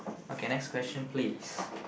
okay next question please